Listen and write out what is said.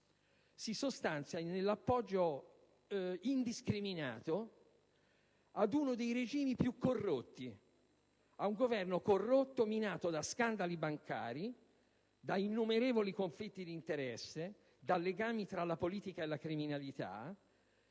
si sostanza nell'appoggio indiscriminato ad uno dei regimi più corrotti, ad un Governo corrotto, minato da scandali bancari, da innumerevoli conflitti di interesse, da legami tra politica e criminalità